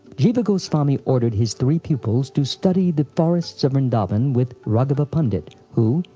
jiva goswami ordered his three pupils to study the forests of vrindavan with raghava pandit who,